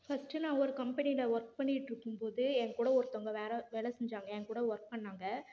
first நான் ஒரு கம்பெனியில் ஒர்க் பண்ணிகிட்டு இருக்கும்போது என்கூட ஒருத்தவங்க வேறு வேலை செஞ்சாங்க என்கூட ஒர்க் பண்ணிணாங்க